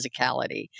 physicality